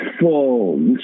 full